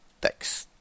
thanks